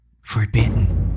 forbidden